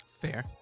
fair